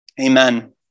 Amen